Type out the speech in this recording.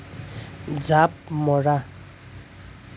জাঁপ মৰা